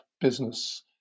business